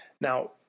Now